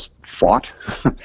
fought